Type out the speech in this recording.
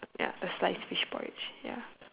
ya a sliced fish porridge ya